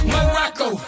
Morocco